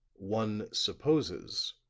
one supposes,